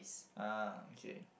ah okay